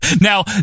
Now